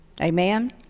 Amen